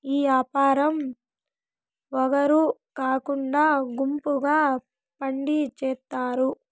ఈ యాపారం ఒగరు కాకుండా గుంపుగా ఉండి చేత్తారు